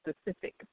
specific